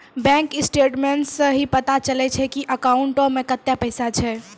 bank statements सं ही पता चलै छै की अकाउंटो मे कतै पैसा छै